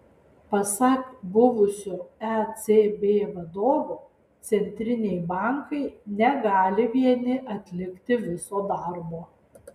pasak buvusio ecb vadovo centriniai bankai negali vieni atlikti viso darbo